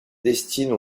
destine